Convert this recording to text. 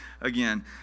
again